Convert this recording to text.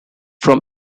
from